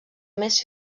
més